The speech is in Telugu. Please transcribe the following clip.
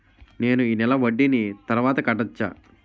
నేను ఈ నెల వడ్డీని తర్వాత కట్టచా?